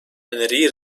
öneriyi